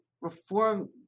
reform